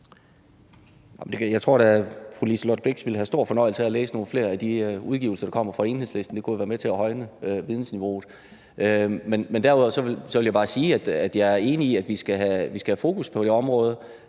Jeg tror da, at fru Liselott Blixt ville have stor fornøjelse af at læse nogle flere af de udgivelser, der kommer fra Enhedslisten. Det kunne jo være med til at højne vidensniveauet. Men derudover vil jeg bare sige, at jeg er enig i, at vi skal have fokus på det område,